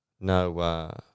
no